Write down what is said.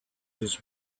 his